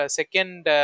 second